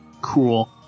Cool